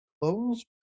Close